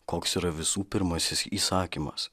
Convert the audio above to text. koks yra visų pirmasis įsakymas